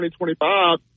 2025